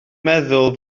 meddwl